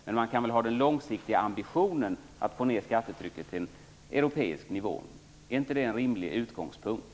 Men man kan väl ha den långsiktiga ambitionen att få ned skattetrycket till en europeisk nivå? Är inte det en rimlig utgångspunkt?